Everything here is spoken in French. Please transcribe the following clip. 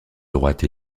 droite